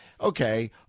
okay